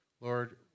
Lord